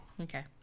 okay